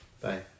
Bye